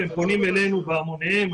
הם פונים אלינו בהמוניהם,